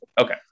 Okay